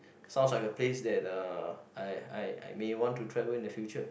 sounds like a place that uh I I I may want to travel in the future